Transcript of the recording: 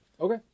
Okay